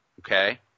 okay